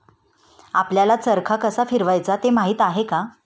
आपल्याला चरखा कसा फिरवायचा ते माहित आहे का?